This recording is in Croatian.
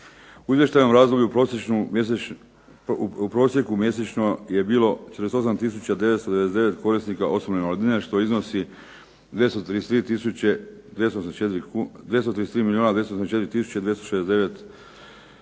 U izvještajnom razdoblju u prosjeku mjesečno je bilo 48999 korisnika osobne invalidnine što iznosi 233 milijuna